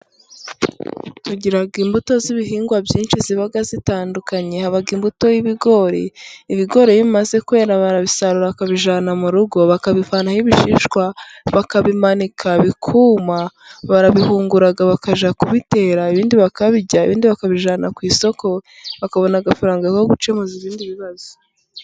Tugira imbuto z'ibihingwa byinshi ziba zitandukanye, haba imbuto y'ibigori, ibigori iyo bimaze kwera barabisarura, bakabijyana mu rugo, bakabivanaho ibishishwa, bakabimanika bikuma, barabihungura bakajya kubitera, ibindi bakabijya, ibindi bakabijyana ku isoko bakabona agafaranga yo gukemuza ibindi bibazo.